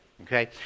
Okay